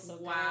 wow